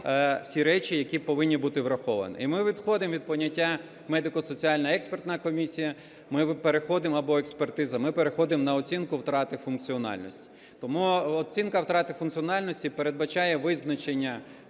всі речі, які повинні бути враховані. І ми відходимо від поняття медико-соціальна експертна комісія або експертиза, ми переходимо на оцінку втрати функціональності. Тому оцінка втрати функціональності передбачає визначення